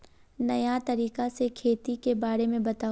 नया तरीका से खेती के बारे में बताऊं?